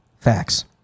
Facts